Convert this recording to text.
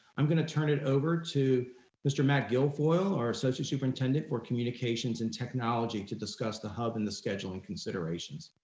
i'm gonna turn it over to mr. matt guilfoyle, our associate superintendent for communications and technology to discuss the hub and the scheduling considerations.